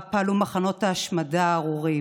שבה פעלו מחנות ההשמדה הארורים,